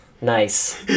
nice